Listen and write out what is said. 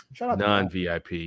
non-VIP